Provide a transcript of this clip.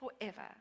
forever